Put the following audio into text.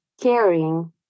caring